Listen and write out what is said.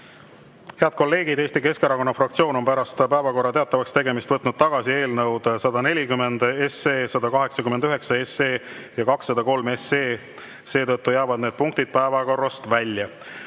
jah. Head kolleegid, Eesti Keskerakonna fraktsioon on pärast päevakorra teatavaks tegemist võtnud tagasi eelnõud 140, 189 ja 203. Seetõttu jäävad need punktid päevakorrast välja.